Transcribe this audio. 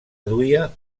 duia